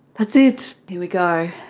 that's it, here we go.